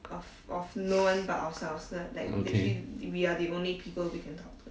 okay